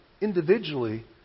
individually